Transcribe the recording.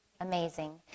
Amazing